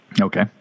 Okay